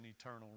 eternal